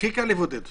הכי קל לבודד שם.